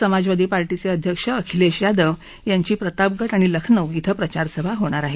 समाजवादी पार्टीचे अध्यक्ष अखिलेश यादव यांची प्रतापगड आणि लखनौ िं प्रचारसभा होणार आहे